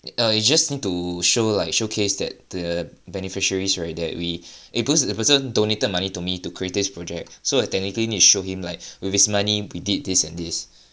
err you just need to show like showcase that the beneficiaries right that we eh because the person donated money to me to create this project so uh technically need show him like with his money we did this and this